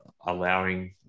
allowing